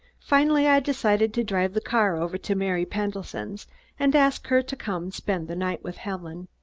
finally i decided to drive the car over to mary pendleton's and ask her to come spend the night with helen.